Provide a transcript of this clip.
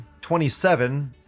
27